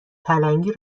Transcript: پلنگی